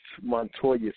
Montoya